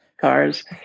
cars